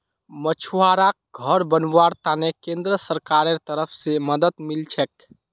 मछुवाराक घर बनव्वार त न केंद्र सरकारेर तरफ स मदद मिल छेक